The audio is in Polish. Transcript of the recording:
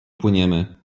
płyniemy